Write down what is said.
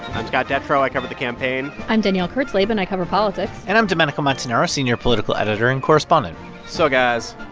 i'm scott detrow. i cover the campaign i'm danielle kurtzleben. i cover politics and i'm domenico montanaro, senior political editor and correspondent so, guys,